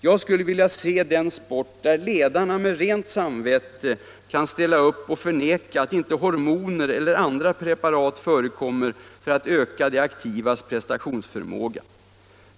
Jag skulle vilja se den sport där ledarna med rent samvete kan ställa sig upp och förneka att inte hormoner eller andra preparat förekommer för att öka de aktivas prestationsförmåga!